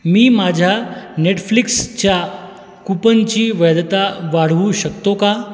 मी माझ्या नेटफ्लिक्सच्या कूपनची वैधता वाढवू शकतो का